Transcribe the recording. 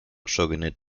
shogunate